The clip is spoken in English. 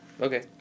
Okay